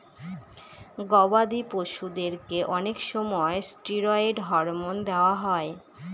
গবাদি পশুদেরকে অনেক সময় ষ্টিরয়েড হরমোন দেওয়া হয়